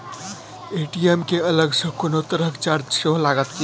ATM केँ अलग सँ कोनो तरहक चार्ज सेहो लागत की?